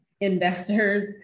investors